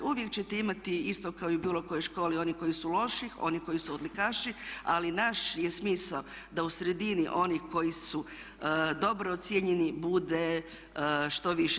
Uvijek ćete imati isto kao i u bilo kojoj školi onih koji su loši, oni koji su odlikaši ali naš je smisao da u sredini onih koji su dobro ocijenjeni bude što više.